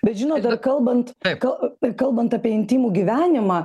bet žinot dar kalbant apie intymų gyvenimą